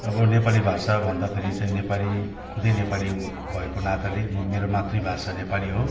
अब नेपाली भाषा भन्दाखेरि चाहिँ नेपाली खुदै नेपाली भएको नाताले मेरो मातृभाषा नेपाली हो